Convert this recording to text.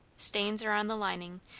stains are on the lining,